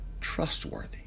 trustworthy